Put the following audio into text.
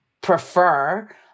prefer